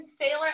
Sailor